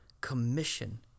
commission